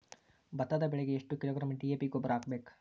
ಭತ್ತದ ಬೆಳಿಗೆ ಎಷ್ಟ ಕಿಲೋಗ್ರಾಂ ಡಿ.ಎ.ಪಿ ಗೊಬ್ಬರ ಹಾಕ್ಬೇಕ?